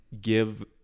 give